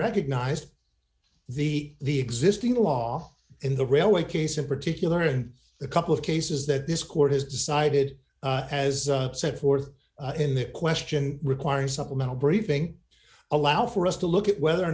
recognized the the existing law in the railway case in particular and the couple of cases that this court has decided has set forth in that question requiring supplemental briefing allow for us to look at whether or